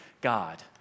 God